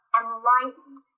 enlightened